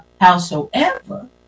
howsoever